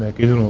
given